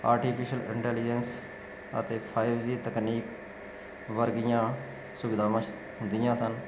artificial intelligence ਅਤੇ five G ਤਕਨੀਕ ਵਰਗੀਆਂ ਸੁਵਿਧਾਵਾਂ ਹੁੰਦੀਆਂ ਸਨ